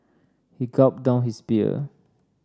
he gulped down his beer